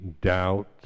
doubt